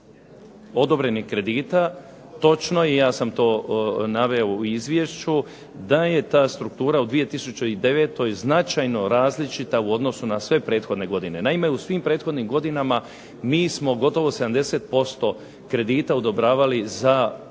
odobrenih kredita, točno je i ja sam to naveo u izvješću, da je ta struktura u 2009. značajno različita u odnosu na sve prethodne godine. Naime, u svim prethodnim godinama mi smo gotovo 70% kredita odobravali za ulaganje,